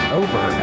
over